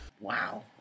wow